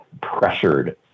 pressured